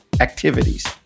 activities